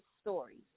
stories